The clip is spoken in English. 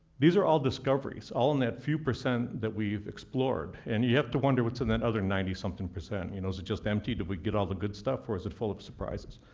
these are all discoveries. all in that few percent that we've explored and have to wonder what's in that other ninety-something percent. you know is it just empty, do we get all the good stuff? or is it full of surprises?